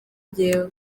njyewe